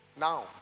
Now